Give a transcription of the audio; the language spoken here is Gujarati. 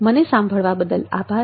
મને સાંભળવા બદલ આભાર